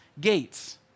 gates